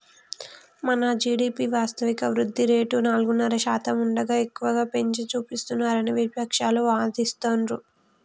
మన జీ.డి.పి వాస్తవిక వృద్ధి రేటు నాలుగున్నర శాతం ఉండగా ఎక్కువగా పెంచి చూపిస్తున్నారని విపక్షాలు వాదిస్తుండ్రు